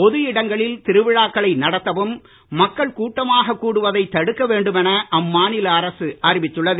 பொது இடங்களில் திருவிழாக்களை நடத்தவும் மக்கள் கூட்டமாக கூடுவதை தடுக்க வேண்டும் என அம்மாநில அரசு அறிவித்துள்ளது